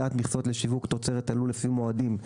לשיווק תוצרת הלול לפי מועדים,